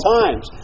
times